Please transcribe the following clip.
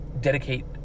dedicate